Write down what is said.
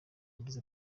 yagize